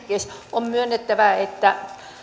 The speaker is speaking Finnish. on myönnettävä että